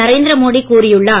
நரேந்திர மோடி கூறியுள்ளார்